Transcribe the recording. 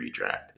redraft